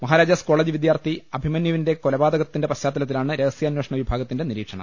Maharajas college വിദ്യാർത്ഥി അഭിമന്യുവിന്റെ കൊലപാതകത്തിന്റെ പശ്ചാത്തലത്തിലാണ് രഹസ്യാന്വേഷണ വിഭാഗത്തിന്റെ നിരീക്ഷണം